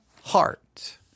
heart